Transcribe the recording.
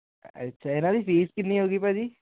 ਅੱਛਾ ਇਹਨਾਂ ਦੀ ਫੀਸ ਕਿੰਨੀ ਹੋਗੀ ਭਾਅ ਜੀ